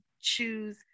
choose